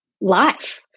life